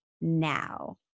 now